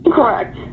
Correct